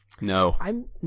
No